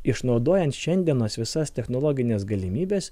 išnaudojant šiandienos visas technologines galimybes